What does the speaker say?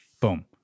boom